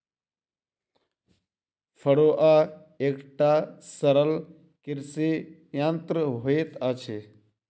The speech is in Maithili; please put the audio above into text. फड़ुआ एकटा सरल कृषि यंत्र होइत अछि